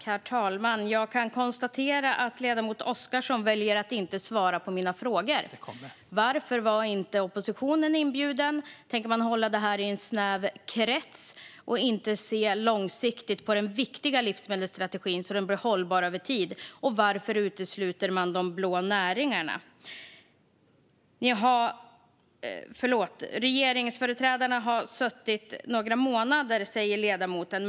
Herr talman! Jag kan konstatera att ledamoten Oscarsson väljer att inte svara på mina frågor. : Det kommer!) Varför var inte oppositionen inbjuden? Tänker man hålla det här i en snäv krets och inte se långsiktigt på den viktiga livsmedelsstrategin så att den blir hållbar över tid? Varför utesluter man de blå näringarna? Regeringsföreträdarna har suttit några månader, säger ledamoten.